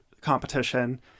competition